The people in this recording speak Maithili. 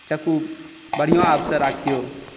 चकु बढ़िऑं अब से राखिओ